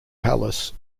palace